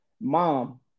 mom